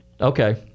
Okay